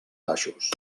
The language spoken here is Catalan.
baixos